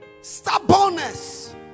stubbornness